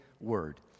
word